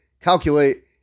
calculate